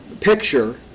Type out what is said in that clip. picture